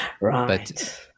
Right